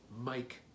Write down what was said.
Mike